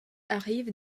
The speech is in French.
arrive